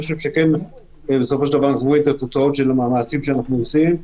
אני חושב שאנחנו כן רואים את התוצאות של המאמצים שאנחנו עושים,